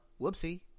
Whoopsie